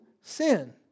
sin